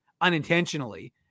unintentionally